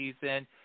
season